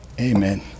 Amen